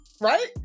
right